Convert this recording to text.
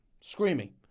Screaming